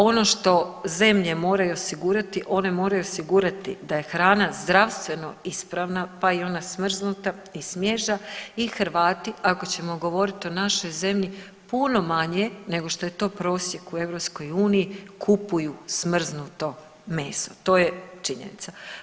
Ono što zemlje moraju osigurati one moraju osigurati da je hrana zdravstveno ispravna, pa i ona smrznuta i svježa i Hrvati ako ćemo govoriti o našoj zemlji puno manje nego što je to prosjek u EU kupuju smrznuto meso, to je činjenica.